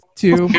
two